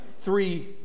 three